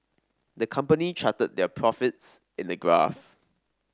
the company charted their profits in a graph